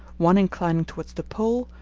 one inclining towards the pole,